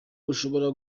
ushobora